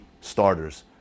starters